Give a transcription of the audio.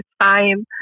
time